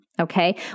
Okay